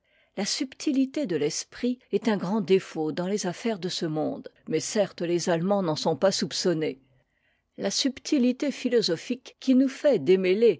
la subtilité de l'esprit est un grand défaut dans les affaires de ce monde mais certes les allemands n'en sont pas soupçonnés la subtilité philosophique qui nous fait démêler